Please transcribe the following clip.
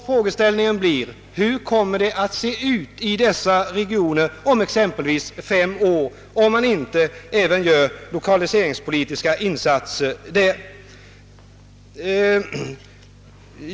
Frågeställningen blir: Hur kommer det att se ut i dessa regioner om fem år, om man inte gör lokaliseringspolitiska insatser i dessa områden?